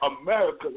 America